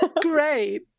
Great